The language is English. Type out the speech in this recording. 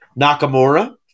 Nakamura